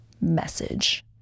message